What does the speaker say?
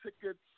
tickets